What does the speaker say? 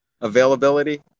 Availability